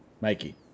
Mikey